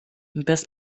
bez